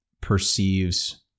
perceives